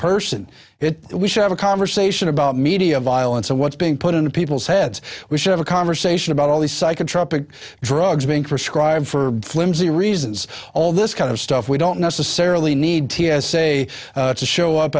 person it we should have a conversation about media violence and what's being put into people's heads we should have a conversation about all these psychotropic drugs being prescribed for flimsy reasons all this kind of stuff we don't necessarily need t s a to show up